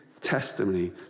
testimony